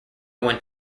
went